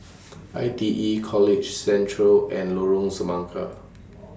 I T E College Central and Lorong Semangka